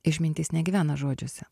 išmintis negyvena žodžiuose